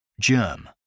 germ